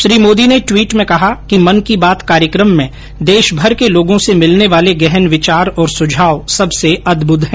श्री मोदी ने दवीट में कहा कि मन की बात कार्यक्रम में देश भर के लोगों से भिलने वाले गहन विचार और सुझाव सबसे अद्भुत है